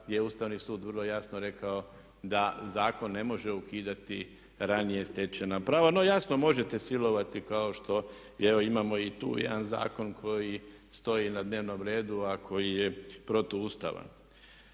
gdje je Ustavni sud vrlo jasno rekao da zakon ne može ukidati ranije stečena prava. No jasno, možete silovati kao što evo imamo i tu jedan zakon koji stoji na dnevnom redu, a koji je protuustavan.